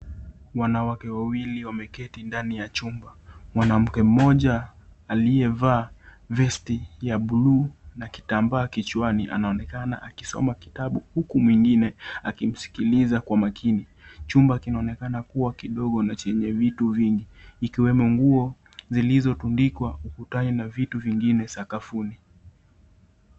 Wanawake wawili wameketi ndani ya chumba. Mwanamke mmoja aliyevaa ya vesti ya bluu, na kitambaa kichwani anaonekana akisoma kitabu huku mwingine akimsikiliza kwa makini. Chumba kinaonekana kuwa kidogo na chenye vitu vingi. Ikiwemo nguo zilizotundikwa ukutani na vitu vingine sakafuni.